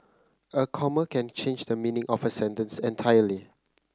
a comma can change the meaning of a sentence entirely